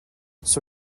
sur